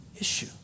issue